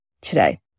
today